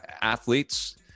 athletes